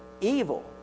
evil